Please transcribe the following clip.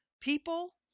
people